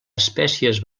espècies